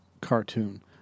cartoon